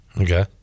okay